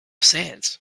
sands